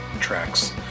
tracks